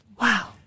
Wow